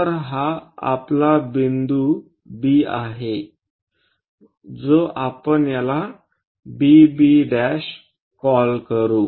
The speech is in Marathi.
तर हा आपला बिंदू B आहे जो आपण याला BB' कॉल करू